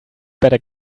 better